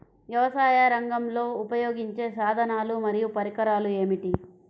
వ్యవసాయరంగంలో ఉపయోగించే సాధనాలు మరియు పరికరాలు ఏమిటీ?